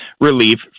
relief